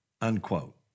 unquote